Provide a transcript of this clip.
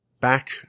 back